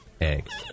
eggs